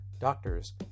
doctors